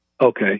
Okay